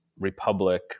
republic